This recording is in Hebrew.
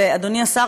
ו-אדוני השר,